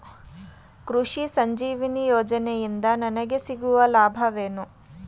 ಕೃಷಿ ಸಂಜೀವಿನಿ ಯೋಜನೆಯಿಂದ ನನಗೆ ಸಿಗುವ ಲಾಭವೇನು?